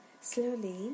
Slowly